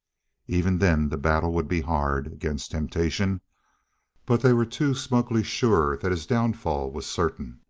even then the battle would be hard, against temptation but they were too smugly sure that his downfall was certain.